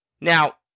Now